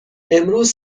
امروز